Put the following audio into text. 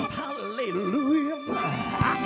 hallelujah